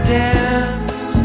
dance